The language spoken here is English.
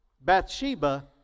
Bathsheba